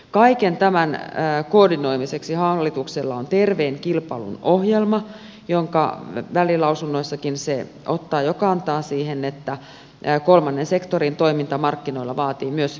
kaiken tämän koordinoimiseksi hallituksella on terveen kilpailun ohjelma jonka välilausunnoissakin se ottaa jo kantaa siihen että kolmannen sektorin toiminta markkinoilla vaatii myös selkeyttämistä